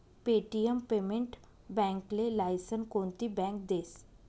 Paytm payment बॅकले licence कोनती bank देस?